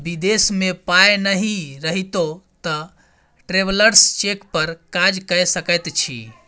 विदेश मे पाय नहि रहितौ तँ ट्रैवेलर्स चेक पर काज कए सकैत छी